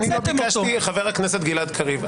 חבר הכנסת גלעד קריב,